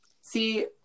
see